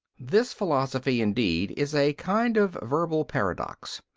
this philosophy, indeed, is a kind of verbal paradox.